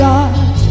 God